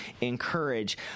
encourage